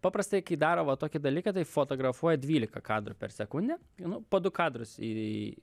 paprastai daro va tokį dalyką tai fotografuoja dvylika kadrų per sekundę nu po du kadrus į